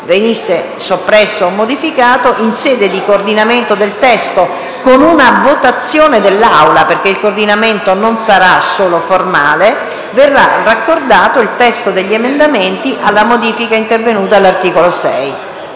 venisse soppresso o modificato, in sede di coordinamento del testo, con una votazione dell'Assemblea (perché il coordinamento non sarà solo formale) verrà raccordato il testo degli emendamenti alla modifica intervenuta all'articolo 6.